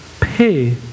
pay